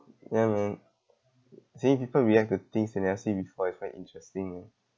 ya man seeing people react to things they never see before is very interesting eh